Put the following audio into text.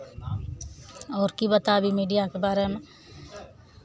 आओर की बताबी मीडियाके बारेमे